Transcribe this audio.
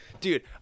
Dude